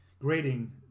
grading